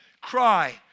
cry